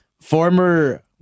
Former